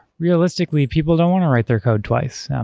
realistically, people don't want to write their code twice.